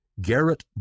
Garrett